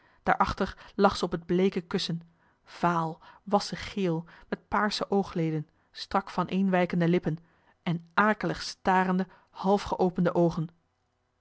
achter lag ze op het bleeke kussen vaal wassig geel met paarse oogleden strak vaneen wijkende lippen en akelig starende half geopende oogen